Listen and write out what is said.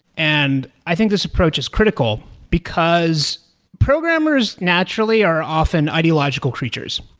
and i think this approach is critical, because programmers naturally are often ideological creatures,